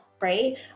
right